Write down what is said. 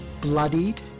bloodied